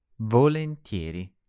Volentieri